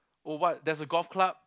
oh what there's a golf club